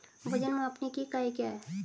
वजन मापने की इकाई क्या है?